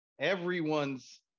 everyone's